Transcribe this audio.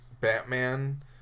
Batman